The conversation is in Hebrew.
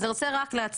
אז אני רוצה להציע,